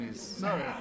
sorry